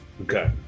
Okay